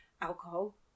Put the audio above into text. alcohol